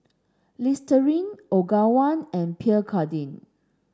Listerine Ogawa and Pierre Cardin